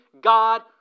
God